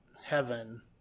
heaven